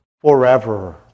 forever